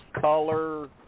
color